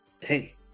Hey